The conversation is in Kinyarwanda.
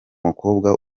mukobwa